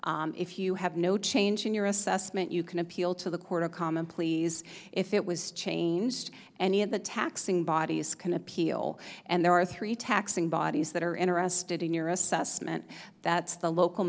if you have no change in your assessment you can appeal to the court of common pleas if it was changed any of the taxing bodies can appeal and there are three taxing bodies that are interested in your assessment that the local